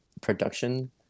production